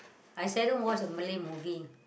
I seldom watch a Malay movie